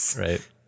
right